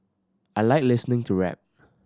I like listening to rap